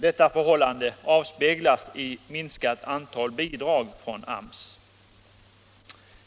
Detta förhållande avspeglas i minskat antal bidrag från AMS.